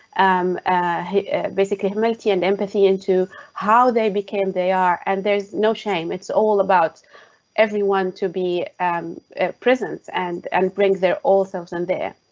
um basically multi and empathy into how they became. they are and there's no shame. it's all about everyone to be um present and and bring their authors and there.